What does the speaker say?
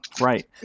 Right